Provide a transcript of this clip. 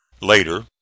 Later